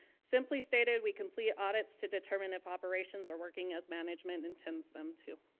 simply stated, we complete audits to determine if operations are working as management intends them to.